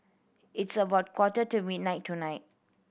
it's about quarter to midnight tonight